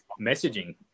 messaging